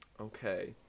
Okay